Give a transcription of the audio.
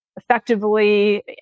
effectively